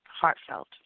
heartfelt